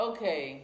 Okay